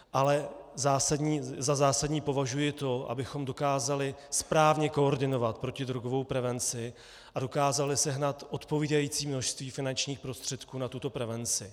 Ale za zásadní považuji to, abychom dokázali správně koordinovat protidrogovou prevenci a dokázali sehnat odpovídající množství finančních prostředků na tuto prevenci.